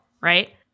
right